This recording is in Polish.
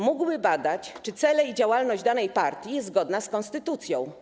Mógłby badać, czy cele i działalność danej partii są zgodne z konstytucją.